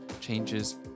changes